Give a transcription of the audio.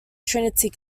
trinity